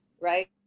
right